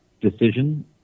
decision